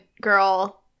girl